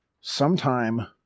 sometime